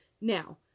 Now